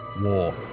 War